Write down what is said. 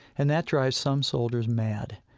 and that drives some soldiers mad.